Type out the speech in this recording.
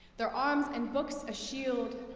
their arms and books a shield,